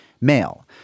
male